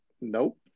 Nope